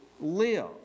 live